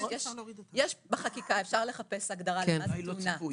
אפשר לחפש בחקיקה הגדרה מתאימה יותר שמכוונת לתאונה.